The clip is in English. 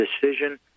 decision